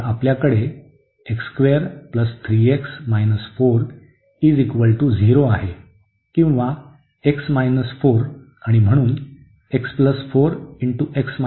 तर आपल्याकडे किंवा x 4 आणि म्हणून 0 आहे